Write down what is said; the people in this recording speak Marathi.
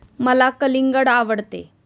मला कलिंगड आवडते